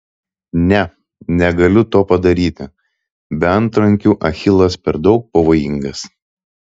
ne negaliu to padaryti be antrankių achilas per daug pavojingas